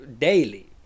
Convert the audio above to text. daily